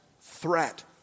threat